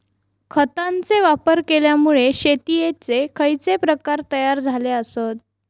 खतांचे वापर केल्यामुळे शेतीयेचे खैचे प्रकार तयार झाले आसत?